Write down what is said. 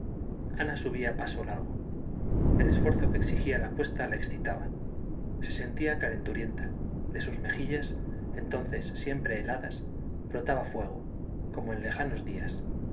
ana subía a paso largo el esfuerzo que exigía la cuesta la excitaba se sentía calenturienta de sus mejillas entonces siempre heladas brotaba fuego como en lejanos días